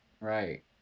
Right